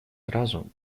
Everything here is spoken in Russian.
сразу